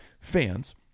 fans